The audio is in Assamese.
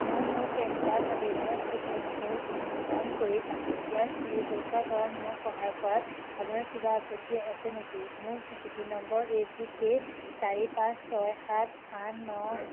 মই মোৰ পেন কাৰ্ড আবেদনৰ স্থিতি অনুসৰণ কৰি আছোঁ ইয়াৰ স্থিতি পৰীক্ষা কৰাত মোক সহায় কৰাত আপোনাৰ কিবা আপত্তি আছে নেকি মোৰ স্বীকৃতি নম্বৰ এ চি কে চাৰি পাঁচ ছয় সাত আঠ ন